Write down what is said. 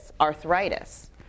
arthritis